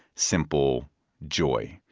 simple joy.